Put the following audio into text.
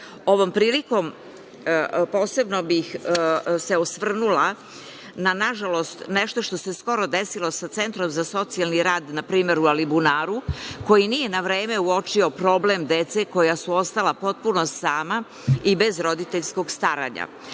prilikom posebno bih se osvrnula na, nažalost, nešto što se skoro desilo sa Centrom za socijalni rad npr. u Alibunaru, koji nije na vreme uočio problem dece koja su ostala potpuno sama i bez roditeljskog staranja. Naravno,